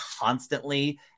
constantly